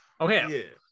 Okay